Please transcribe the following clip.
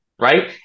right